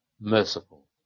merciful